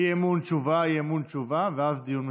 אי-אמון, תשובה, אי-אמון, תשובה, ואז דיון משולב.